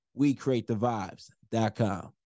WeCreateTheVibes.com